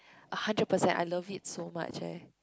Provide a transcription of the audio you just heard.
a hundred percent I love it so much leh